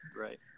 Right